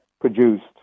produced